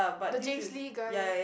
the James-Lee guy